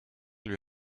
lui